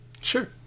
sure